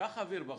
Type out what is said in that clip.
קח אוויר בחוץ.